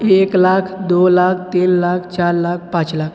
एक लाख दो लाख तीन लाख चार लाख पाँच लाख